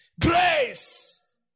grace